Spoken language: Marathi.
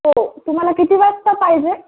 हो तुम्हाला किती वाजता पाहिजे